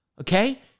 Okay